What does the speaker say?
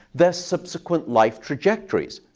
their subsequent life trajectories.